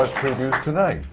previews tonight.